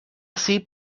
así